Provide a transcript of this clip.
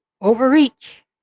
overreach